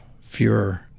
fewer